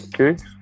okay